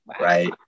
Right